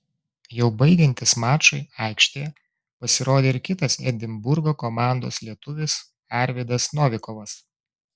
jau baigiantis mačui aikštėje pasirodė ir kitas edinburgo komandos lietuvis arvydas novikovas